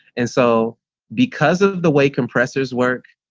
and so because of the way compressors work,